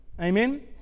Amen